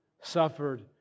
suffered